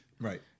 Right